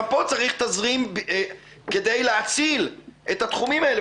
גם פה צריך תזרים כדי להציל את התחומים האלה.